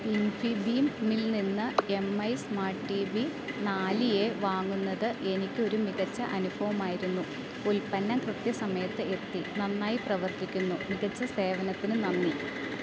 ഇൻഫിബീമിൽ നിന്ന് M I smart T V നാല് A വാങ്ങുന്നത് എനിക്കൊരു മികച്ച അനുഭവമായിരുന്നു ഉൽപ്പന്നം കൃത്യസമയത്ത് എത്തി നന്നായി പ്രവർത്തിക്കുന്നു മികച്ച സേവനത്തിന് നന്ദി